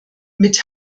mit